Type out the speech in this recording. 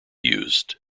used